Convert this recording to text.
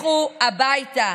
לכו הביתה.